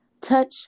touch